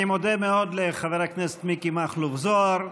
אני מודה מאוד לחבר הכנסת מיקי מכלוף זוהר.